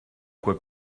quoi